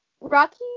Rocky